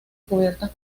cubiertas